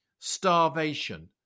starvation